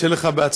שיהיה לך בהצלחה.